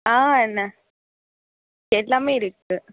ஆ ந எல்லாமே இருக்குது